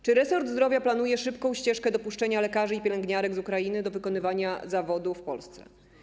Czy resort zdrowia planuje szybką ścieżkę dopuszczenia lekarzy i pielęgniarek z Ukrainy do wykonywania zawodu w Polsce.